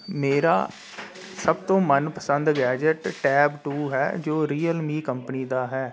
ਮੇਰਾ ਸਭ ਤੋਂ ਮਨਪਸੰਦ ਗੈਜਟ ਟੈਬ ਟੂ ਹੈ ਜੋ ਰੀਅਲ ਮੀ ਕੰਪਨੀ ਦਾ ਹੈ